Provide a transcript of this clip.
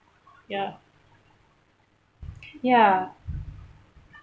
ya ya